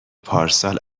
پارسال